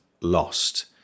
lost